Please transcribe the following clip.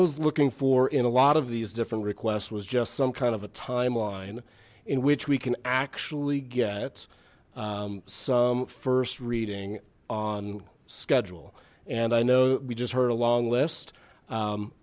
was looking for in a lot of these different requests was just some kind of a timeline in which we can actually get some first reading on schedule and i know we just heard a long list